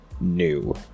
new